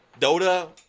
Dota